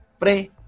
Pre